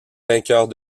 vainqueurs